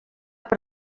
per